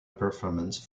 performance